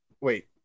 wait